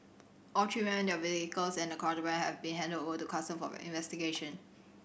all three men their vehicles and the contraband have been handed over to Customs for investigation